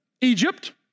Egypt